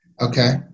Okay